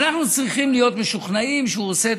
צריכים להיות משוכנעים שהוא עושה את